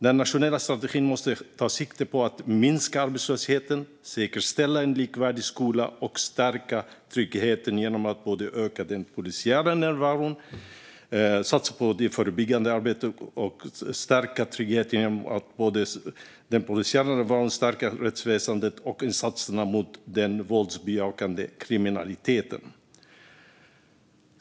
Den nationella strategin måste ta sikte på att minska arbetslösheten, säkerställa en likvärdig skola och stärka tryggheten genom att såväl öka den polisiära närvaron som satsa på det förebyggande arbetet och stärka rättsväsendet och insatserna mot den våldsbejakande kriminaliteten.